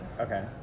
Okay